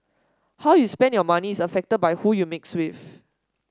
how you spend your money is affected by who you mix with